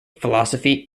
philosophy